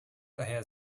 daher